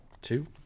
two